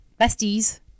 Besties